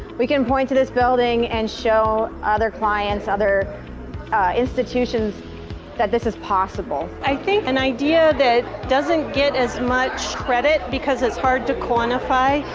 we can point to this building and show other clients, other institutions that this is possible. i think an idea that doesn't get as much credit because it's hard to quantify,